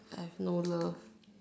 I have no love